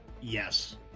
Yes